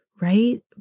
Right